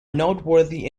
noteworthy